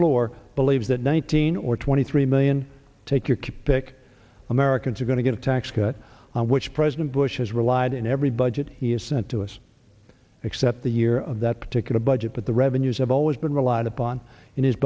floor believes that nineteen or twenty three million take your key pick americans are going to get a tax cut which president bush has relied in every budget he has sent to us except the year of that particular budget but the revenues have always been a lot of pawn in his